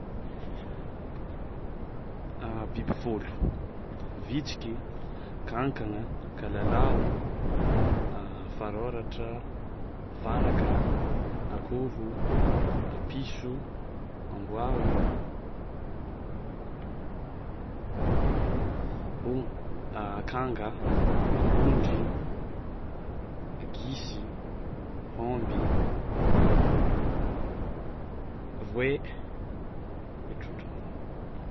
Biby fôlo: vitsiky; kankagna; kalalao; faraoratra; faraka; akôho; a piso; amboà o; ouh a akanga; ondry; gisy; haômby; voay; de trondrona.